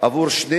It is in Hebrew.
עשר דקות.